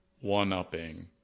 one-upping